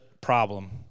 problem